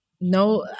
no